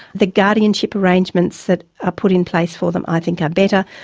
the guardianship arrangements that are put in place for them i think are better,